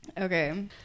Okay